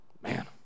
Man